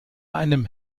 einem